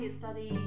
study